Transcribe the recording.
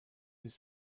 his